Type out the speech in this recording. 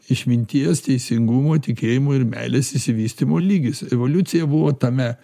išminties teisingumo tikėjimo ir meilės išsivystymo lygis evoliucija buvo tame